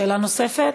שאלה נוספת?